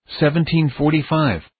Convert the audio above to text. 1745